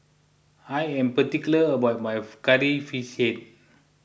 I am particular about my Curry Fish Head